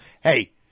Hey